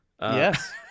Yes